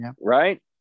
right